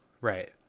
right